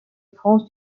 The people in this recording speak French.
france